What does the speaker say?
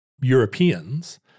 Europeans